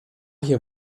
hier